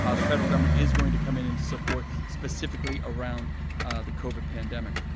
ah the federal government is going to come in and support specifically around the covid pandemic.